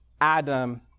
Adam